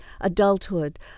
adulthood